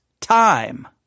time